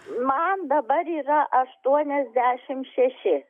man dabar yra aštuoniasdešimt šeši